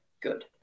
good